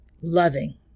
loving